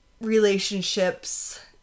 relationships